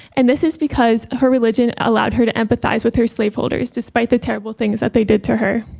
and this is because her religion allowed her to empathize with her slaveholders despite the terrible things that they did to her.